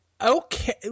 Okay